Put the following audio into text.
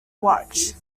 watch